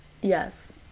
Yes